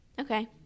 Okay